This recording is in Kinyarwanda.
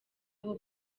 aho